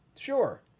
Sure